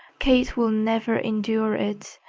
kate will never endure it,